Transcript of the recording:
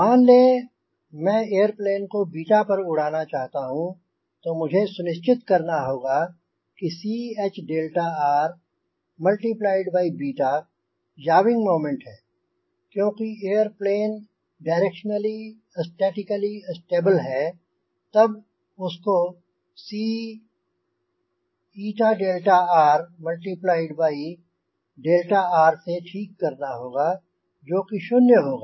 मान ले मैं एयरप्लेन को 𝛽 पर उड़ाना चाहता हूंँ तो मुझे सुनिश्चित करना होगा कि Chr याविंग मोमेंट है क्योंकि एयरप्लेन डायरेक्शनली स्टैटिकली स्टेबल है तब उसको Cnrrसे ठीक करना होगा जो कि शून्य होगा